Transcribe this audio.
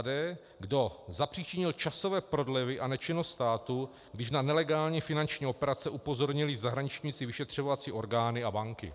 D. Kdo zapříčinil časové prodlevy a nečinnost státu, když na nelegální finanční operace upozornily zahraniční vyšetřovací orgány a banky.